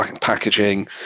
packaging